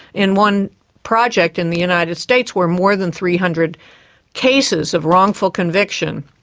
in one project in the united states where more than three hundred cases of wrongful conviction,